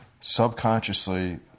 subconsciously